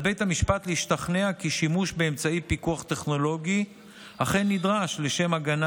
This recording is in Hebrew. על בית המשפט להשתכנע כי שימוש באמצעי פיקוח טכנולוגי אכן נדרש לשם הגנה